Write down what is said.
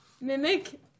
Mimic